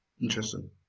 Interesting